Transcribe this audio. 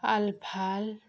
ଆଲଫାଲ